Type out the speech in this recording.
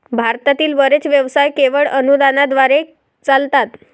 भारतातील बरेच व्यवसाय केवळ अनुदानाद्वारे चालतात